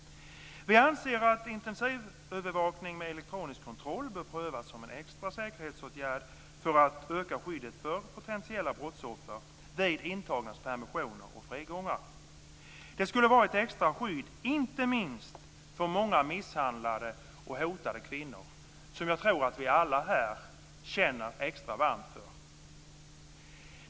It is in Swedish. Vi anser att intensivövervakning med elektronisk kontroll bör prövas som en extra säkerhetsåtgärd för att öka skyddet för potentiella brottsoffer vid intagnas permissioner och frigångar. Det skulle vara ett extra skydd inte minst för många misshandlade och hotade kvinnor, som jag tror att vi alla här känner extra varmt för.